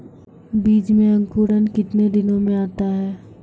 बीज मे अंकुरण कितने दिनों मे आता हैं?